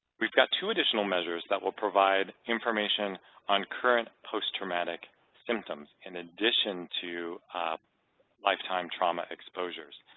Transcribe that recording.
we've got two additional measures that will provide information on current post-traumatic symptoms in addition to lifetime trauma exposures.